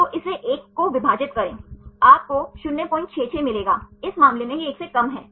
तो इसे एक को विभाजित करें आपको 066 मिलेगा इस मामले में यह एक से कम है